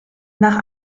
nach